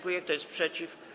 Kto jest przeciw?